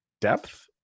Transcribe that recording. depth